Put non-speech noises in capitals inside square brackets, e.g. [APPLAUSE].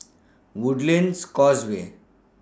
[NOISE] Woodlands Causeway